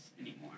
anymore